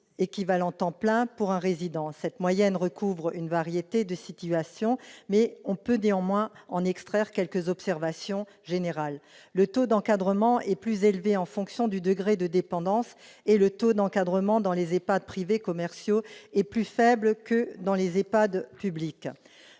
équivalent temps plein pour un résident. Cette moyenne recouvre une variété de situations, mais on peut néanmoins en extraire quelques observations générales : le taux d'encadrement est plus élevé en fonction du degré de dépendance, et le taux d'encadrement dans les EHPAD privés commerciaux est plus faible que dans les EHPAD publics.